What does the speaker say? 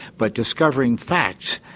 but discovering facts,